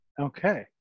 Okay